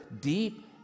deep